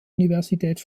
universität